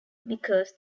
because